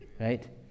right